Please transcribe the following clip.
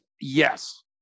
yes